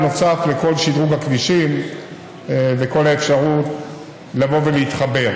זה בנוסף לכל שדרוג הכבישים וכל האפשרות לבוא ולהתחבר.